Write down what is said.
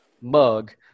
mug